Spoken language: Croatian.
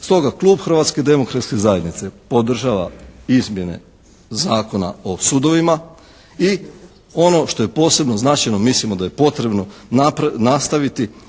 Stoga klub Hrvatske demokratske zajednice podržava izmjene Zakona o sudovima. I ono što je posebno značajno, mislimo da je potrebno nastaviti